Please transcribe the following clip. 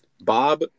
Bob